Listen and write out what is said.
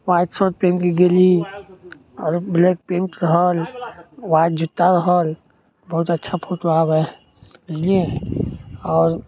white shirt पेन्हके गेली आओर ब्लैक पैन्ट रहल व्हाइट जुत्ता रहल बहुत अच्छा फोटो आबै हइ बुझलिए आओर